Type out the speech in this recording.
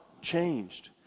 changed